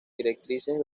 directrices